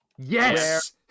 Yes